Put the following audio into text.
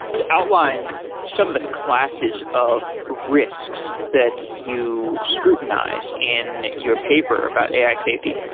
to outline some of the classes of risks that you scrutinize in your paper about ai safety,